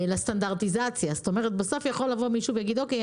הוצאנו סדר גודל של 15 מכרזים והיום עוד לא בדקתי אבל צריכה להגיע הצעה